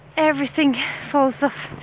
everything falls off.